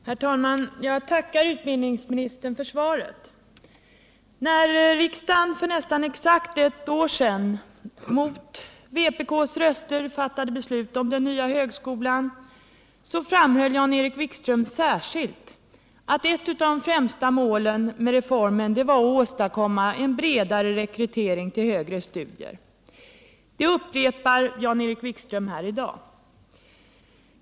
Herr talman! Jag tackar utbildningsministern för svaret. När riksdagen för nästan exakt ett år sedan mot vpk:s röster fattade beslut om den nya högskolan, framhöll Jan-Erik Wikström särskilt att ett av de främsta målen med reformen var att åstadkomma en bredare rekrytering till högre studier. Det upprepade han här i dag.